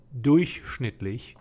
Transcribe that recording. durchschnittlich